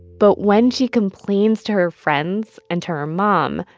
but when she complains to her friends and to her mom,